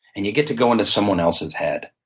and you get to go into someone else's head.